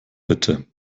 bitte